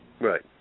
Right